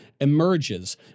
emerges